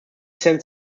sends